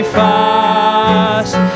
fast